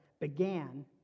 began